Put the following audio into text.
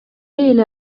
эле